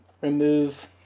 remove